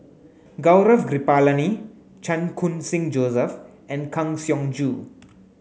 Gaurav Kripalani Chan Khun Sing Joseph and Kang Siong Joo